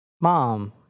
Mom